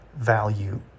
value